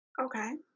Okay